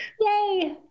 Yay